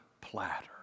platter